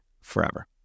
forever